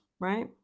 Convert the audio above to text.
right